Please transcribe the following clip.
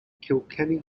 kilkenny